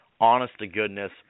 honest-to-goodness